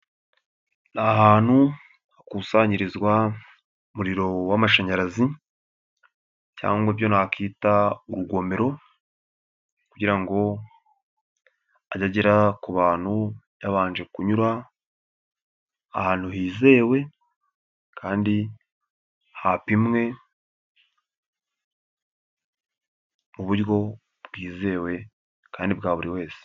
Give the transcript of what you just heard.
Ni ahantu hakusanyirizwa umuriro w'amashanyarazi cyangwa ibyo nakita urugomero kugira ngo ajye agera ku bantu yabanje kunyura ahantu hizewe kandi hapimwe, mu buryo bwizewe kandi bwa buri wese.